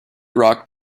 rock